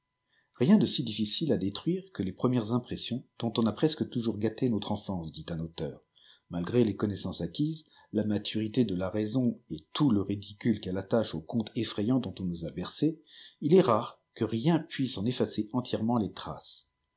rien de si difficile à détruire que les premières impressions dont on a presque toujours gâté notre enfance dit un auteur malgré les connaissances acquises la maturité de la raison et tout le ridicule qu'elle attache aux contes effrayants dont on nous a bercés il est rutç que rien puisse en effacer entièrement les traces